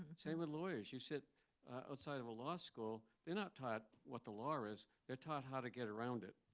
same with lawyers. you sit outside of a law school they're not taught what the law is. they're taught how to get around it.